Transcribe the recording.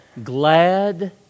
glad